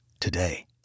today